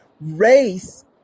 race